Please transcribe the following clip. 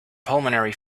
pulmonary